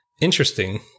interesting